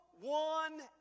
one